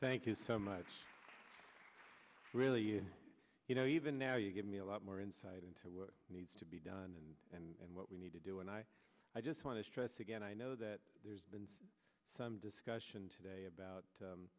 thank you so much really you know even now you give me a lot more insight into what needs to be done and what we need to do and i i just want to stress again i know that there's been some discussion today about